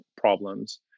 problems